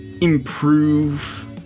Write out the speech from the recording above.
improve